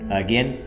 again